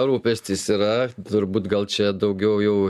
rūpestis yra turbūt gal čia daugiau jau